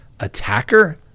attacker